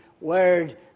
word